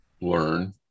learn